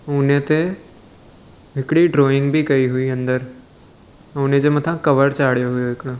उन्हीअ ते हिकिड़ी ड्राईंग बि कई हुई अंदरु उनजे मथां कवर चाढ़ियो हुयो हिकिड़ो